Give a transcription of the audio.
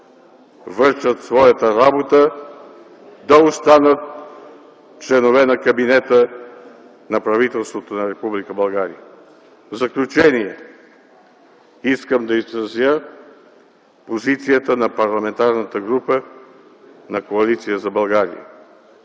вършат своята работа, да останат членове на кабинета на правителството на Република България? В заключение искам да изразя позицията на Парламентарната група на Коалиция за България.